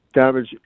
damage